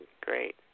Great